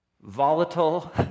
volatile